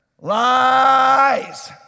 Lies